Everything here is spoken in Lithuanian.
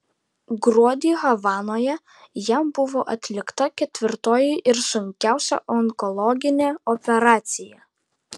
gruodį havanoje jam buvo atlikta ketvirtoji ir sunkiausia onkologinė operacija